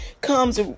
comes